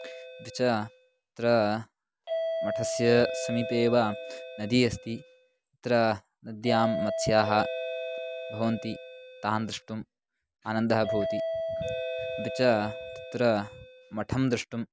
अपि च अत्र मठस्य समिपे एव नदी अस्ति तत्र नद्यां मत्स्याः भवन्ति तान् द्रुष्टुम् आनन्दः भवति अपि च तत्र मठं द्रष्टुं